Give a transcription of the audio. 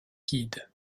guident